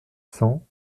cents